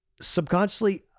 subconsciously